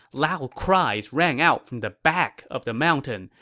loud cries rang out from the back of the mountain,